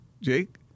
Jake